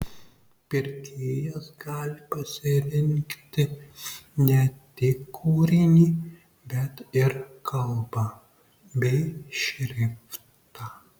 pirkėjas gali pasirinkti ne tik kūrinį bet ir kalbą bei šriftą